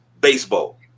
Baseball